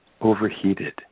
overheated